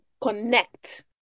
connect